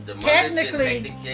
technically